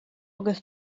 agus